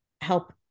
help